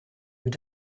mit